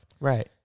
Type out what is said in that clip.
Right